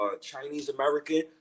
chinese-american